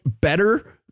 better